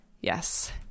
Yes